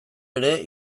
ere